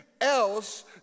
else